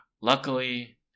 luckily